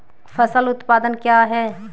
फसल उत्पादन क्या है?